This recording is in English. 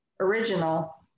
original